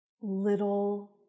little